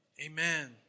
amen